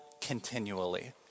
continually